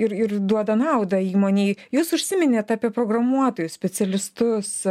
ir ir duoda naudą įmonei jūs užsiminėt apie programuotojus specialistus